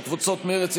של קבוצות מרצ,